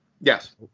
Yes